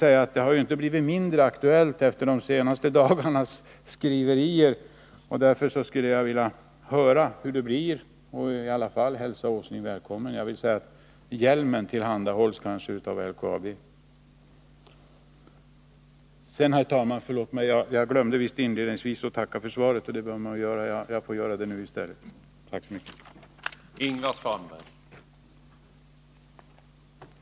Det besöket har ju inte blivit mindre aktuellt efter de senaste dagarnas skriverier, och därför skulle jag vilja fråga industriministern om hur det blir. Jag vill i alla fall hälsa honom välkommen att besöka oss. — Jag vill tillägga att hjälmen tillhandahålls av LKAB. Förlåt mig, herr talman, men jag glömde att inledningsvis tacka för svaret, så jag ber att få göra det nu i stället. Tack!